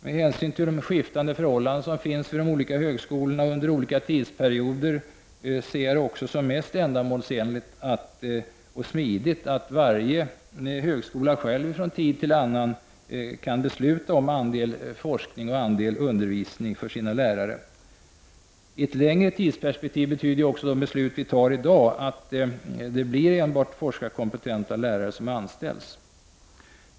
Med hänsyn till de skiftande förhållandendena vid de olika högskolorna under olika tidsperioder anser jag det vara mest ändamålsenligt och även smidigast att varje högskola själv kan besluta om andelen forskning resp. undervisning för sina lärare. I ett längre tidsperspektiv betyder dagens beslut att det blir enbart forskarkompetenta lärare som anställs.